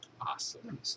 Awesome